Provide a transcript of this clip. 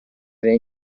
era